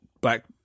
black